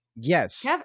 Yes